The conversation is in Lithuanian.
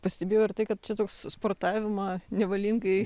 pastebėjau ir tai kad čia toks sportavimą nevalingai